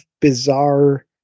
bizarre